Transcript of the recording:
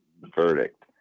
verdict